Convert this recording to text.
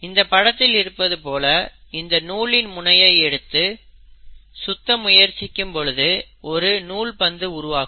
இந்த படத்தில் இருப்பது போல இந்த நூலின் முனையை எடுத்து சுத்த முயற்சிக்கும் போது ஒரு நூல் பந்து உருவாகும்